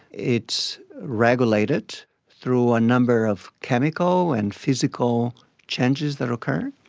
it's regulated through a number of chemical and physical changes that occur,